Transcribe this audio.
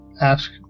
ask